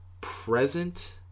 present